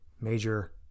major